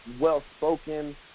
well-spoken